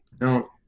No